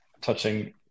touching